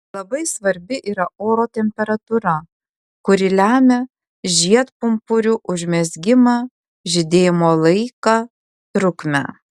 labai svarbi yra oro temperatūra kuri lemia žiedpumpurių užmezgimą žydėjimo laiką trukmę